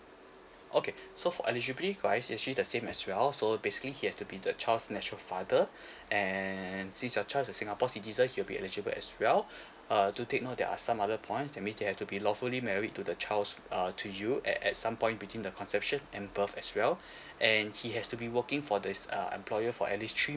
okay so for eligibility wise it actually the same as well so basically he have to be the child's natural father and since your child is singapore citizen he'll be eligible as well uh do take note there are some other point that mean they have to be lawfully married to the child's uh to you and at some point between the conception and birth as well and he has to be working for this uh employer for at least three